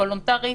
וולונטרי,